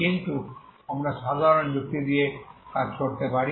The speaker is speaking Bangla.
কিন্তু আমরা সাধারণ যুক্তি দিয়ে কাজ করতে পারি